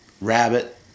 rabbit